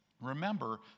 remember